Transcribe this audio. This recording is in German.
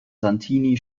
santini